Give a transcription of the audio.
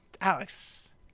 Alex